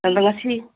ꯑꯗꯣ ꯉꯁꯤ